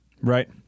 Right